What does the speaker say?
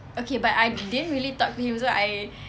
okay but I didn't really talk to him so I